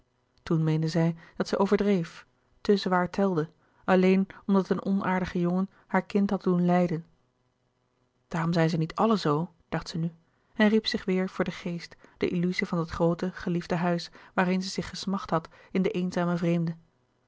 toen meende zij dat zij overdreef te zwaar telde alleen omdat een onaardige jongen haar kind had doen lijden daarom zijn ze niet allen zoo dacht ze nu en riep zich weêr voor den geest de illuzie van dat groote geliefde huis waarheen zij zich gesmacht had in den eenzamen vreemde